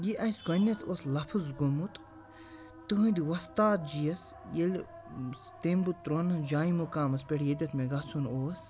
یہِ اَسہِ گۄڈنٮ۪تھ اوس لفظ گوٚمُت تٕہٕنٛدۍ وۄستاد جی یَس ییٚلہِ تٔمۍ بہٕ ترٛوونَس جاے مُقامَس پٮ۪ٹھ ییٚتٮ۪تھ مےٚ گژھُن اوس